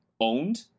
owned